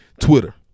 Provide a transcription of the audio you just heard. Twitter